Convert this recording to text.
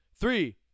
Three